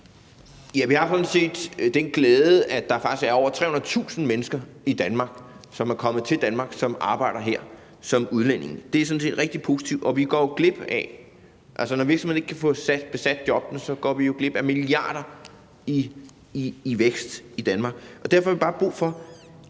(V): Vi har sådan set den glæde, at der faktisk er over 300.000 mennesker i Danmark, som er kommet til Danmark, og som arbejder her som udlænding. Det er sådan set rigtig positivt. Når virksomhederne ikke kan få besat jobbene, går vi jo glip af milliarder af kroner i vækst i Danmark. Er det således, at regeringen